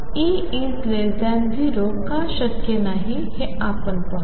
E0 का शक्य नाही हे आपण पाहू